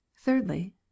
Thirdly